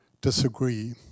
disagree